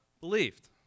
believed